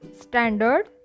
Standard